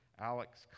Alex